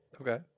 Okay